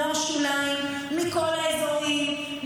נוער שוליים מכל האזורים,